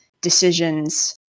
decisions